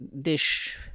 dish